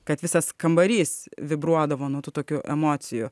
kad visas kambarys vibruodavo nuo tų tokių emocijų